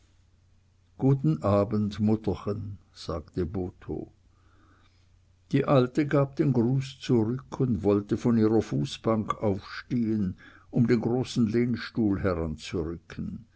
guten abend mutterchen sagte botho die alte gab den gruß zurück und wollte von ihrer fußbank aufstehen um den großen lehnstuhl heranzurücken